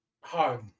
hard